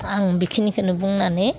आं बेखिनिखौनो बुंनानै